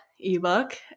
ebook